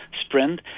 sprint